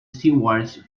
stewardess